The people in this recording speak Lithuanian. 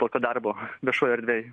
tokio darbo viešoj erdvėj